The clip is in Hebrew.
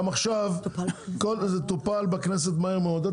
גם עכשיו זה טופל בכנסת מהר מאוד,